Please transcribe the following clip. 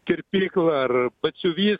kirpyklą ar batsiuvys